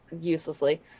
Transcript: uselessly